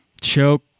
Choke